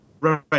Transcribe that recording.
right